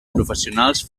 professionals